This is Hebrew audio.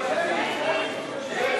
שמית.